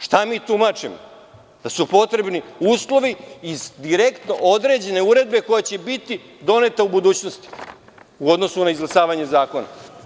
Šta mi tumačimo, da su potrebni uslovi iz određene uredbe koja će biti doneta u budućnosti u odnosu na izglasavanje zakona?